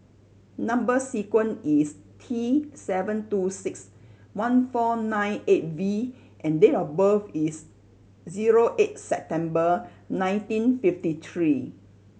number sequence is T seven two six one four nine eight V and date of birth is zero eight September nineteen fifty three